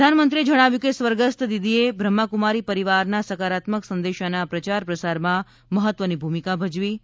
પ્રધાનમંત્રીએ જણાવ્યું છે કે સ્વર્ગસ્થ દીદીએ બ્રહ્મા ક્રમારી પરિવારના સકારાત્મક સંદેશાના પ્રચાર પ્રસારમાં મહત્વની ભૂમિકા ભજવી છે